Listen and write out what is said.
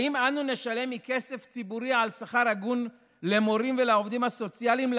האם אנו נשלם מכסף ציבורי על שכר הגון למורים ולעובדים הסוציאליים,